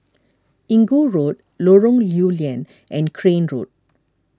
Inggu Road Lorong Lew Lian and Crane Road